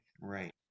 Right